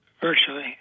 virtually